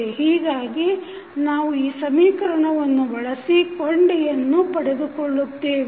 ಹೀಗಾಗಿ ನಾವು ಈ ಸಮೀಕರಣವನ್ನು ಬಳಸಿ ಕೊಂಡಿ ಯನ್ನು ಪಡೆದುಕೊಳ್ಳುತ್ತೇವೆ